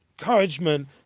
encouragement